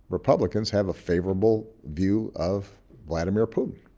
republicans have a favorable view of vladimir putin.